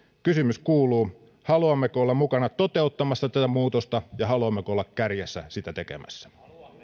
kysymys kuuluu haluammeko olla mukana toteuttamassa tätä muutosta ja haluammeko olla kärjessä sitä tekemässä